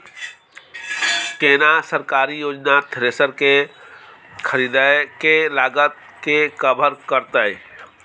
केना सरकारी योजना थ्रेसर के खरीदय के लागत के कवर करतय?